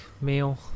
meal